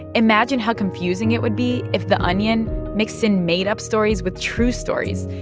imagine how confusing it would be if the onion mixed in made-up stories with true stories?